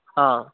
ആ